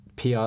PR